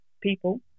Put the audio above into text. people